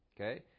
okay